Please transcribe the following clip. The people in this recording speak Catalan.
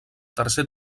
tercer